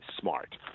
smart